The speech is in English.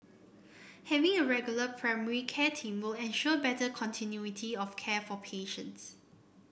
having a regular primary care team will ensure better continuity of care for patients